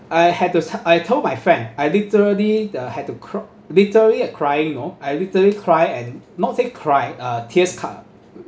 I had to I told my friend I literally uh had to cr~ literary I crying know I literally cry and not say cry uh tears come